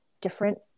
different